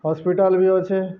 hospital ବି ଅଛେ